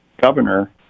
governor